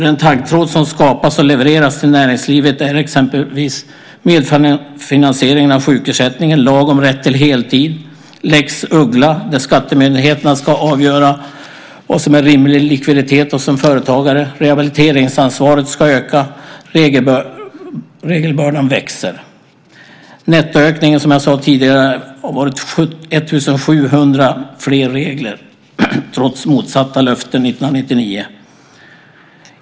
Den taggtråd som skapas och levereras till näringslivet är exempelvis medfinansiering av sjukersättningen, lag om rätt till heltid, lex Uggla, det vill säga att skattemyndigheterna ska avgöra vad som är rimlig likviditet hos en företagare, ett ökat rehabiliteringsansvar och en växande regelbörda. Nettoökningen har varit 1 700 fler regler - trots löften om det motsatta 1999.